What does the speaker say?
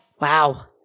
Wow